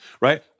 right